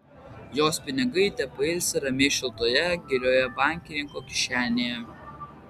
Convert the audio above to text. jos pinigai tepailsi ramiai šiltoje gilioje bankininko kišenėje